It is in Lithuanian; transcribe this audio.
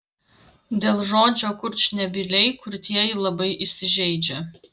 dėl žodžio kurčnebyliai kurtieji labai įsižeidžia